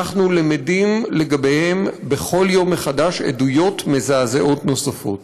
אנחנו למדים לגביהם בכל יום מחדש עדויות מזעזעות נוספות.